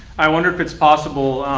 i wonder if it's possible